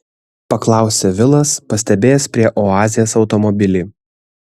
paklausė vilas pastebėjęs prie oazės automobilį